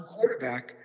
quarterback